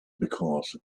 because